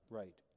right